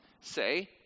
say